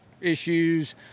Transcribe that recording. issues